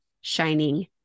shining